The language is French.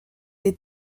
des